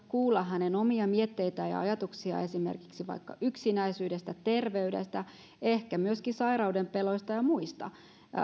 kuulla hänen omia mietteitään ja ajatuksiaan esimerkiksi vaikka yksinäisyydestä terveydestä ehkä myöskin sairaudenpeloista ja muista